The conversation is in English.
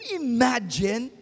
imagine